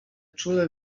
czule